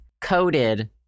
coated